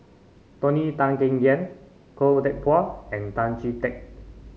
Tony Tan Keng Yam Khoo Teck Puat and Tan Chee Teck